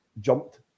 jumped